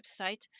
website